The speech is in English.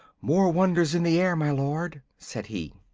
more wonders in the air, my lord, said he.